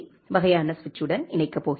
வகையான சுவிட்சுடன் இணைக்கப் போகிறது